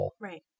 Right